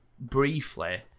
briefly